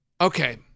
Okay